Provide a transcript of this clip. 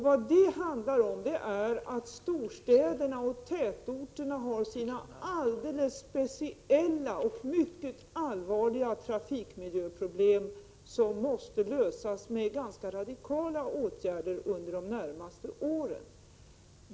Vad det handlar om är att storstäderna och tätorterna har sina alldeles speciella och mycket allvarliga trafikmiljöproblem, som måste lösas genom ganska radikala åtgärder under de närmaste åren.